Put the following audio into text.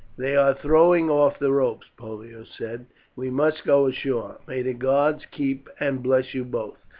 they are throwing off the ropes, pollio said we must go ashore. may the gods keep and bless you both!